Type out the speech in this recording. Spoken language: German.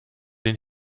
den